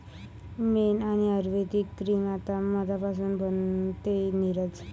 मेण आणि आयुर्वेदिक क्रीम आता मधापासून बनते, नीरज